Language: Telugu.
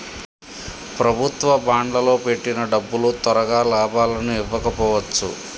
ప్రభుత్వ బాండ్లల్లో పెట్టిన డబ్బులు తొరగా లాభాలని ఇవ్వకపోవచ్చు